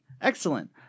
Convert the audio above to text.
Excellent